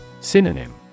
Synonym